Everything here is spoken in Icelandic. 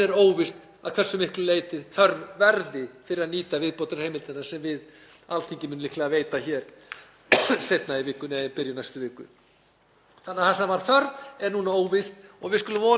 Þannig að þar sem var þörf er núna óvíst. Við skulum vona að það verði ekki þörf á að nota þessa viðbótarheimild og við getum haldið áfram baráttunni gegn verðbólgunni. Þá getum við haft fjármálastofnanir sem starfa í samkeppni